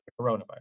coronavirus